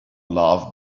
loved